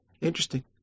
Interesting